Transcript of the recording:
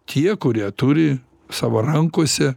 tie kurie turi savo rankose